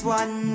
one